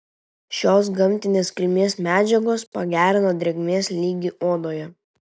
šios gamtinės kilmės medžiagos pagerina drėgmės lygį odoje